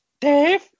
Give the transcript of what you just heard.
Dave